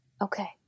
Okay